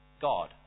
God